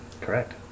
Correct